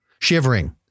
Shivering